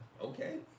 Okay